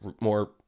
more